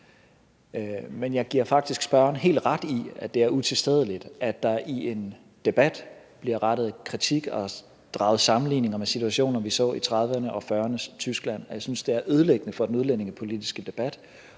Men jeg giver faktisk spørgeren helt ret i, at det er utilstedeligt, at der i en debat bliver rettet kritik og draget sammenligninger med situationer, vi så i 1930'ernes og 1940'ernes Tyskland. Jeg synes, det er ødelæggende for den udlændingepolitiske debat,